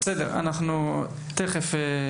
בסדר, תכף.